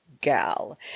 Gal